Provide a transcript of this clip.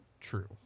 true